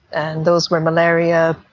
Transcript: and those were malaria,